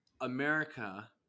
America